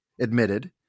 admitted